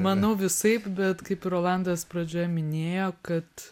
manau visaip bet kaip ir rolandas pradžioje minėjo kad